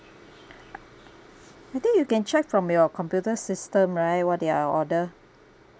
I think you can check from your computer system right what did I order